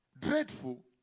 dreadful